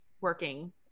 working